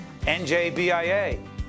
NJBIA